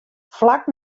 flak